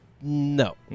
no